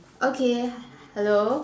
okay hello